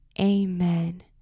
Amen